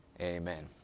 amen